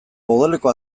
odoleko